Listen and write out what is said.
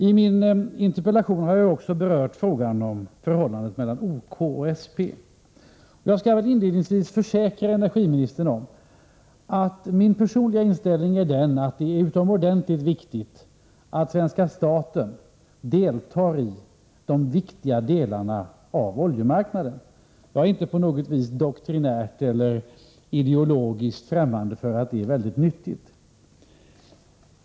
I min interpellation har jag också berört frågan om förhållandet mellan OK och SP. Jag skall inledningsvis försäkra energiministern, att min personliga inställning är att det är utomordentligt angeläget att svenska staten deltar i de viktiga delarna av oljemarknaden. Jag är inte på något vis doktrinärt eller ideologiskt främmande för att det är mycket nyttigt.